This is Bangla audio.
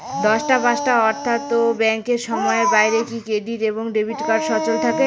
দশটা পাঁচটা অর্থ্যাত ব্যাংকের সময়ের বাইরে কি ক্রেডিট এবং ডেবিট কার্ড সচল থাকে?